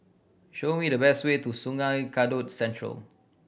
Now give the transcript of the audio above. show me the best way to Sungei Kadut Central